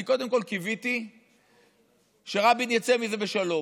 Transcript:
אני קודם כול קיוויתי שרבין יצא מזה בשלום.